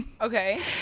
Okay